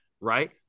right